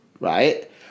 Right